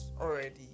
already